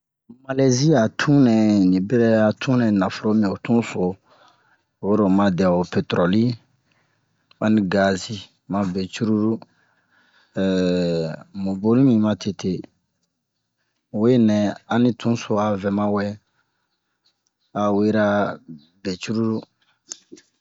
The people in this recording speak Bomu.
Malɛzi a tunɛ ni bɛrɛ a tunɛ naforo mi ho tun so oro oma dɛ ho petroli ma ni gazi ma be curulu mu boni mi ma tete mu we nɛ ani tun so a vɛ ma wɛ a wera be cururu